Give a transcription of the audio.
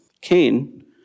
Cain